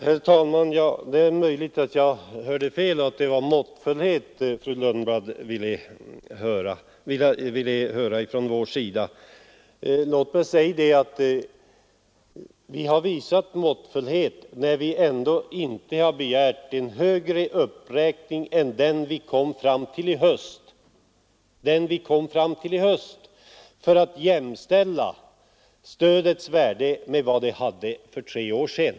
Herr talman! Det är möjligt att jag hörde fel och att det var måttfullhet fru Lundblad ville ha från vår sida. Låt mig då säga att vi har visat måttfullhet när vi ändå inte har begärt en högre uppräkning än den vi kom fram till i höstas för att återställa stödets värde till vad det var för tre år sedan.